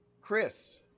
Chris